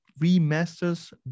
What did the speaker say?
remasters